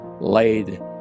laid